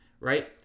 right